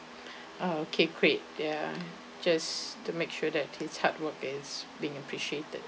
ah okay great ya just to make sure that his hard work is being appreciated